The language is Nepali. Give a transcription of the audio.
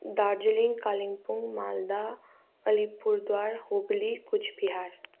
दार्जिलिङ कालिम्पोङ मालदा आलिपुरद्वार हुगली कुच बिहार